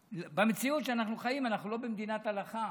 במציאות שאנחנו חיים בה אנחנו לא במדינת הלכה.